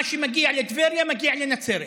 מה שמגיע לטבריה, מגיע לנצרת.